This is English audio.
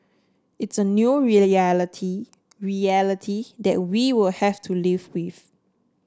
it's a new reality reality that we'll have to live with